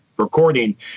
recording